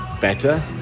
better